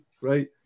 right